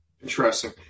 Interesting